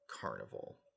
Carnival